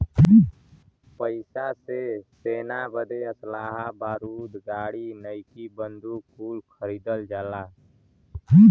पइसा से सेना बदे असलहा बारूद गाड़ी नईकी बंदूक कुल खरीदल जाला